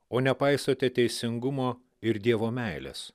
o nepaisote teisingumo ir dievo meilės